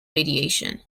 radiation